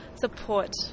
support